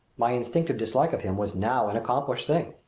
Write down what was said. my instinctive dislike of him was now an accomplished thing.